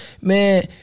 Man